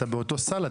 אתה באותו סל,